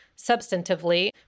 substantively